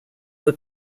were